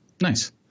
Nice